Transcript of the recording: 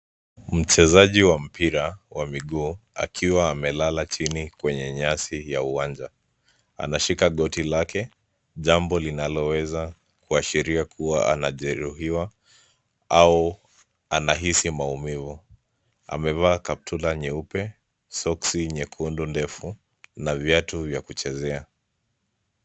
Mchezaji wa mpira wa miguu akiwa amelala chini kwenye nyasi ya uwanja anashika goti lake, jambo linaloweza kuwashiria kuwa anajeruhiwa au anahisi maumivu. Amevaa kaptura nyeupe, soksi nyekundu ndefu na viatu vya kuchezea.